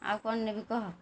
ଆଉ କ'ଣ ନେବି କହ